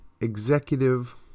executive